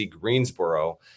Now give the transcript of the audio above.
Greensboro